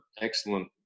excellent